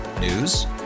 News